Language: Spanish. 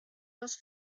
dos